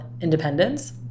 independence